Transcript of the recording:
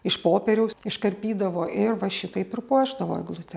iš popieriaus iškarpydavo ir va šitaip ir puošdavo eglutę